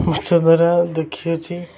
ମାଛ ଧରା ଦେଖିଅଛି